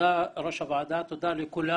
תודה ראש הוועדה, תודה לכולם.